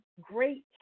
great